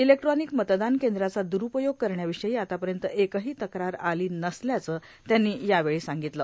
electronic मतदान केंद्राचा द्रूपयोग करण्याविषयी आतापर्यंत एकही तक्रार आली नसल्याचं त्यांनी यावेळी सांगितलं